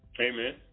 amen